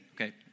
okay